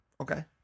Okay